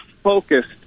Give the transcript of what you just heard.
focused